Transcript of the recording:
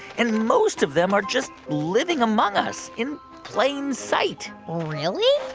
and most of them are just living among us in plain sight really?